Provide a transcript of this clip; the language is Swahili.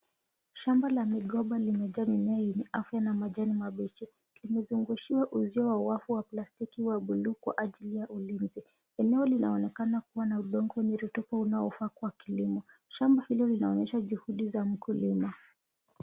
Shamba la migomba limejaa mimea yenye afya na majani mabichi. Kimezungushwa uzio wa wafu wa plastiki ya buluu kwa ajili ya ulinzi. Eneo linaonekana kuwa na udongo wenye rotuba unaofaa kwa kilimo. Shamba hilo linaonyesha juhudi za mkulima.